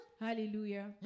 Hallelujah